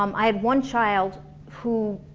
um i had one child who,